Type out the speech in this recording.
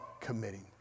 committing